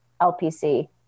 L-P-C